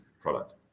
product